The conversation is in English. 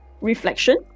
reflection